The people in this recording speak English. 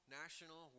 national